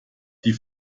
die